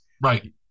Right